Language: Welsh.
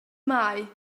mae